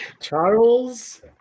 Charles